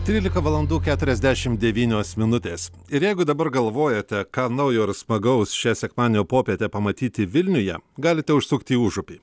trylika valandų keturiasdešim devynios minutės ir jeigu dabar galvojate ką naujo ir smagaus šią sekmadienio popietę pamatyti vilniuje galite užsukti į užupį